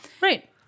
right